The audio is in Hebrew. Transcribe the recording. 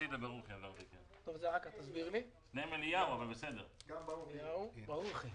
אני רק רוצה להשלים את תמונת המצב.